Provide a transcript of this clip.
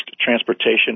transportation